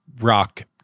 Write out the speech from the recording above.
Rock